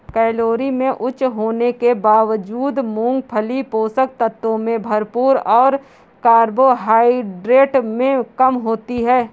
calorie में उच्च होने के बावजूद, मूंगफली पोषक तत्वों से भरपूर और कार्बोहाइड्रेट में कम होती है